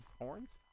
horns